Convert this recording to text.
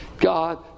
God